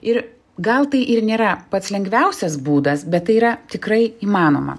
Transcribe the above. ir gal tai ir nėra pats lengviausias būdas bet tai yra tikrai įmanoma